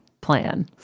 plan